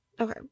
Okay